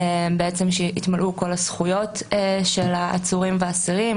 שיתמלאו כל הזכויות של העצורים והאסירים,